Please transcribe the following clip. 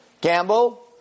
gamble